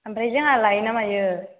ओमफ्राय जोंहा लायोना मायो